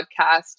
podcast